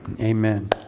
Amen